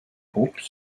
groupes